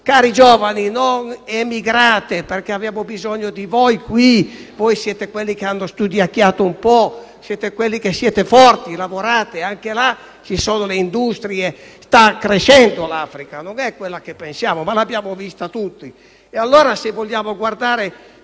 «Cari giovani, non emigrate, perché abbiamo bisogno di voi qui; voi siete quelli che hanno studiacchiato un po'; siete quelli forti e che lavorate». Anche là ci sono le industrie; l'Africa sta crescendo, non è quella che pensiamo, l'abbiamo vista tutti.